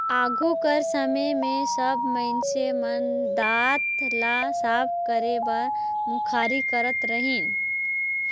आघु कर समे मे सब मइनसे मन दात ल साफ करे बर मुखारी करत रहिन